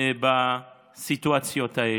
בסיטואציות האלה.